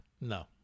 No